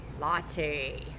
latte